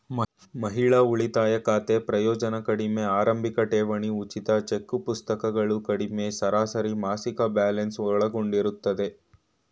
ಮಹಿಳಾ ಉಳಿತಾಯ ಖಾತೆ ಪ್ರಯೋಜ್ನ ಕಡಿಮೆ ಆರಂಭಿಕಠೇವಣಿ ಉಚಿತ ಚೆಕ್ಪುಸ್ತಕಗಳು ಕಡಿಮೆ ಸರಾಸರಿಮಾಸಿಕ ಬ್ಯಾಲೆನ್ಸ್ ಒಳಗೊಂಡಿರುತ್ತೆ